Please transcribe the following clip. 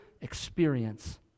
experience